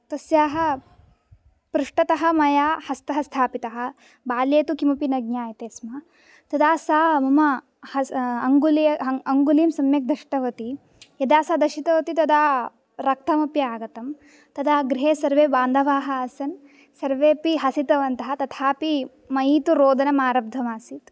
तस्याः पृष्टतः मया हस्तः स्थापितः बाल्ये तु किमपि न ज्ञायते स्म तदा सा मम हस् अंगुलि अंगुलिं सम्यक् दष्टवती यदा सा दषितवति तदा रक्तम् अपि आगतम् तदा गृहे सर्वे बान्धवाः आसन् सर्वेऽपि हसितवन्तः तथापि मयि तु रोदनम् आरब्धम् आसीत्